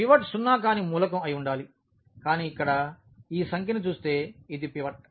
pivot సున్నా కాని మూలకం అయి ఉండాలి కానీ ఇక్కడ ఈ సంఖ్యను చూస్తే ఇది పివట్